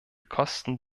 kosten